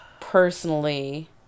personally